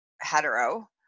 hetero